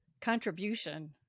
contribution